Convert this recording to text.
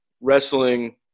wrestling